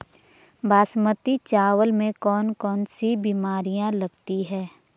बासमती चावल में कौन कौन सी बीमारियां लगती हैं?